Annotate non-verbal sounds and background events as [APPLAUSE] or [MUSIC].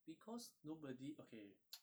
because nobody okay [NOISE]